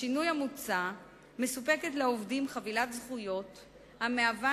בשינוי המוצע מסופקת לעובדים חבילת זכויות המהווה